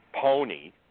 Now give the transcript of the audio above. pony